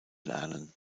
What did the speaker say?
lernen